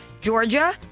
Georgia